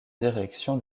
direction